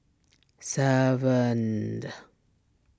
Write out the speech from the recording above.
seven